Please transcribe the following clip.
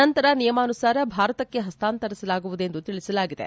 ನಂತರ ನಿಯಮಾನುಸಾರ ಭಾರತಕ್ಕೆ ಹಸ್ನಾಂತರಿಸಲಾಗುವುದೆಂದು ತಿಳಿಸಲಾಗಿದೆ